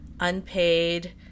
unpaid